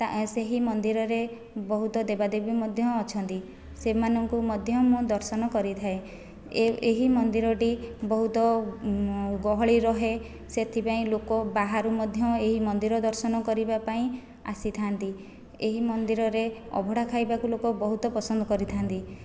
ସେହି ମନ୍ଦିରରେ ବହୁତ ଦେବାଦେବୀ ମଧ୍ୟ ଅଛନ୍ତି ସେମାନଙ୍କୁ ମଧ୍ୟ ମୁଁ ଦର୍ଶନ କରିଥାଏ ଏହି ମନ୍ଦିରଟି ବହୁତ ଗହଳି ରହେ ସେଥିପାଇଁ ଲୋକ ବାହାରୁ ମଧ୍ୟ ଏହି ମନ୍ଦିର ଦର୍ଶନ କରିବା ପାଇଁ ଆସିଥାନ୍ତି ଏହି ମନ୍ଦିରରେ ଅଭଢ଼ା ଖାଇବାକୁ ଲୋକ ବହୁତ ପସନ୍ଦ କରିଥାନ୍ତି